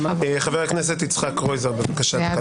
חבר הכנסת יצחק קרויזר, בבקשה.